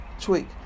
tweak